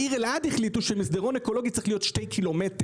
בעיר אלעד החליטו שהמסדרון האקולוגי צריך להיות 2 קילומטר.